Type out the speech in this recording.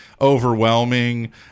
overwhelming